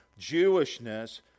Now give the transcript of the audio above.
Jewishness